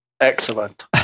Excellent